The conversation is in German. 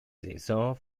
saison